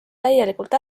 täielikult